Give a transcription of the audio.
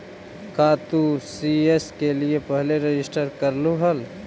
का तू सी.एस के लिए पहले रजिस्टर करलू हल